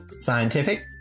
scientific